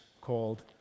called